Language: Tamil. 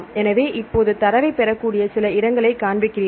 எனவே இப்போது தரவை பெறக்கூடிய சில இடங்களைக் காண்பிக்கிறீர்கள்